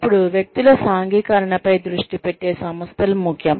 ఇప్పుడు వ్యక్తుల సాంఘికీకరణపై దృష్టి పెట్టే సంస్థలు ముఖ్యం